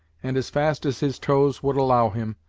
and as fast as his tows would allow him,